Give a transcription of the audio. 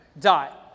die